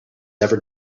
ever